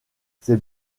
c’est